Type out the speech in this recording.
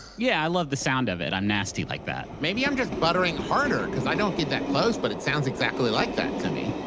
yeah. i love the sound of it. i'm nasty like that maybe i'm just buttering harder, because i don't get that close, but it sounds exactly like that to me.